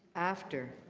after.